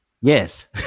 Yes